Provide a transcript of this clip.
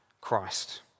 Christ